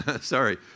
sorry